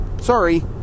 Sorry